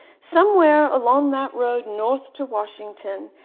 somewhere along that road north to washington,